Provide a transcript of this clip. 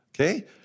Okay